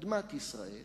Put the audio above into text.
אדמת ישראל